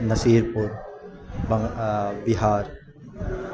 نصیر پور بنگ بہار